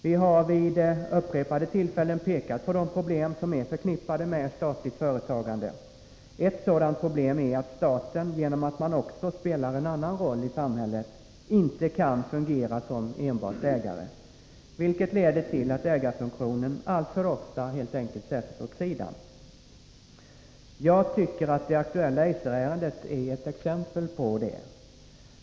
Vi har vid upprepade tillfällen pekat på de problem som är förknippade med statligt företagande. Ett sådant problem är att staten, genom att man också spelar en annan roll i samhället, inte kan fungera som enbart ägare. Detta leder till att ägarfunktionen alltför ofta sätts åt sidan. Jag tycker att det aktuella Eiser-ärendet är ett exempel på det.